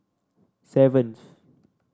seventh